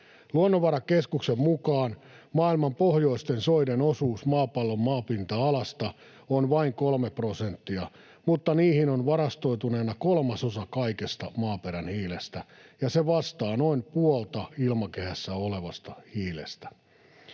Luonnonvarakeskuksen mukaan maailman pohjoisten soiden osuus maapallon maapinta-alasta on vain kolme prosenttia, mutta niihin on varastoituneena kolmasosa kaikesta maaperän hiilestä, ja se vastaa noin puolta ilmakehässä olevasta hiilestä.